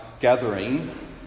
gathering